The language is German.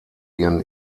ihren